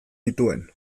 nituen